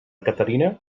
caterina